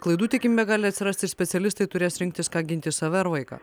klaidų tikimybė gali atsirasti specialistai turės rinktis ką ginti save ar vaiką